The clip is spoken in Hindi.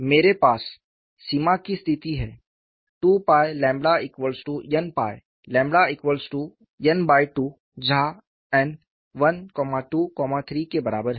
मेरे पास सीमा की स्थिति है 2n n2 जहा n 1 2 3 के बराबर है